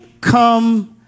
come